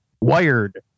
Wired